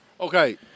Okay